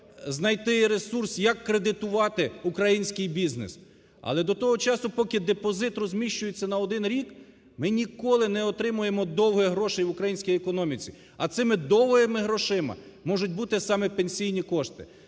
знайти ресурс, як кредитувати український бізнес. Але до того часу, поки депозит розміщується на один рік, ми ніколи не отримаємо довгих грошей в українській економіці, а цими довгими грошима можуть бути саме пенсійні кошти.